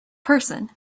person